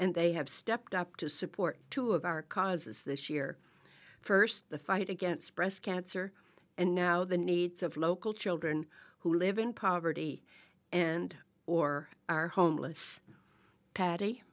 and they have stepped up to support two of our causes this year first the fight against breast cancer and now the needs of local children who live in poverty and or are homeless patty